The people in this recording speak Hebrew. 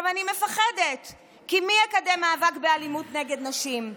אני מפחדת, כי מי יקדם מאבק באלימות נגד נשים?